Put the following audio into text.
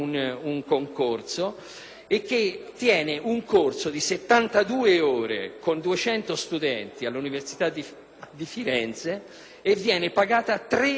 quale tiene un corso di 72 ore con 200 studenti all'università di Firenze e viene pagata 3 euro a lezione.